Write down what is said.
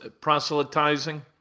proselytizing